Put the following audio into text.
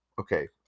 Okay